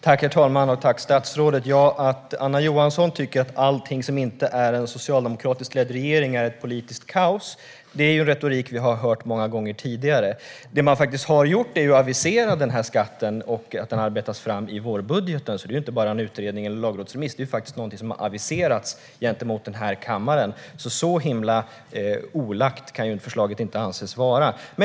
Herr talman! Tack, statsrådet! Att Anna Johansson tycker att allting som inte är en socialdemokratiskt ledd regering är ett politiskt kaos är retorik vi har hört många gånger tidigare. Det man faktiskt har gjort är att avisera den här skatten och att den arbetas fram i vårbudgeten. Det är alltså inte bara en utredning eller en lagrådsremiss; det är faktiskt någonting som har aviserats gentemot den här kammaren. Så himla olagt kan förslaget därför inte anses vara.